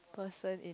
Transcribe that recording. person in